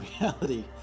reality